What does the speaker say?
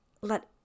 let